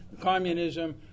communism